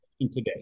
today